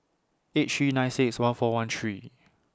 eight three nine six one four one three